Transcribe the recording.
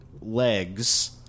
legs